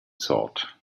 thought